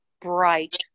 Bright